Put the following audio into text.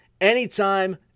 anytime